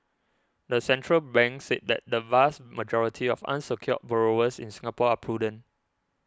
the central bank said that the vast majority of unsecured borrowers in Singapore are prudent